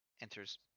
enters